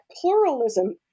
pluralism